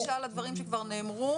פתרון.